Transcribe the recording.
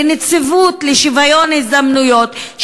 לנציבות לשוויון הזדמנויות,